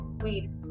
Weed